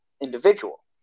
individual